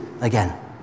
again